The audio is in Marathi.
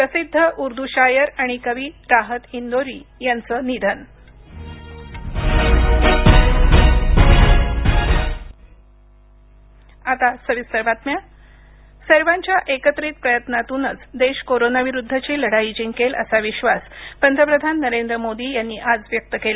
प्रसिद्ध ऊर्दू शायर आणि कवी राहत इंदौरी यांचं निधन सर्वांच्या एकत्रित प्रयत्नांतूनच देश कोरोना विरुद्धची लढाई जिंकेल असा विश्वास पंतप्रधान नरेंद्र मोदी यांनी आज व्यक्त केला